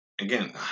again